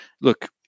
look